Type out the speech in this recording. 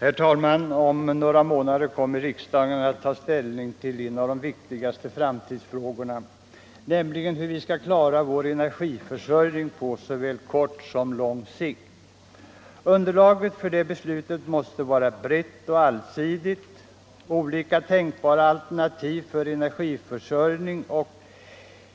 Herr talman! Om några månader kommer riksdagen att ta ställning till en av de viktigare framtidsfrågorna, nämligen hur vi skall klara vår energiförsörjning på såväl kort som lång sikt. Underlaget för det beslutet måste vara brett och allsidigt. Olika tänkbara alternativ för energiförsörjning och